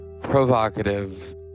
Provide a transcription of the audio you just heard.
provocative